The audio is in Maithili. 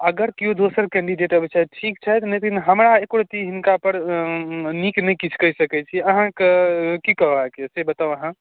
अगर केओ दोसर कैन्डिडेट अबैत छथि ठीक छथि लेकिन हमरा एको रति हिनका पर नीक नहि कहि सकैत छियै अहाँकऽ की कहबाक यऽ से बताउ अहाँ